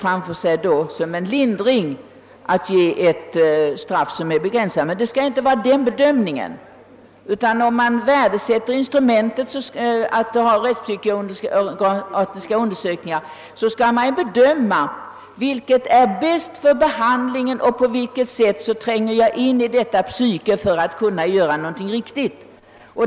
Han kan se det som en lindrigare påföljd med ett tidsbestämt straff. Men det skall inte vara sådana avvägningar för beslutet. Om man värdesätter instrumentet rättspsykiatriska undersökningar, skall det användas för att lämna svar på frågan: Vilket är bäst för behandlingen och på vilket sätt tränger jag in i detta psyke för att kunna hjälpa?